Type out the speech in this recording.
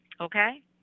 Okay